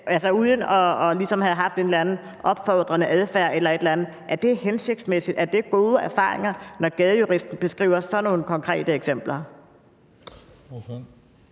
det hensigtsmæssigt, og er det gode erfaringer, når Gadejuristen beskriver sådan nogle konkrete eksempler?